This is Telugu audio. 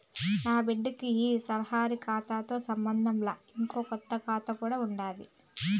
నాబిడ్డకి ఈ సాలరీ కాతాతో సంబంధంలా, ఇంకో కొత్త కాతా కూడా ఉండాది